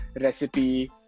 recipe